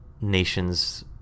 nations